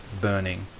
burning